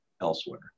elsewhere